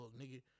nigga